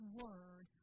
word